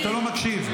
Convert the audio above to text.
תגיד לי.